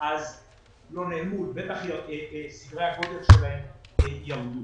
לא נעלמו אבל בטח סדרי הגודל שלהם ירדו.